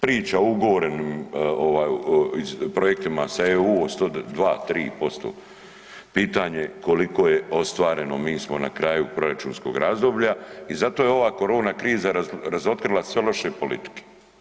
Priče o ugovorenim ovaj projektima sa EU o 102, '3%, pitanje koliko je ostvareno, mi smo na kraju proračunskog razdoblja i zato je ova korona kriza razotkrila sve loše politike.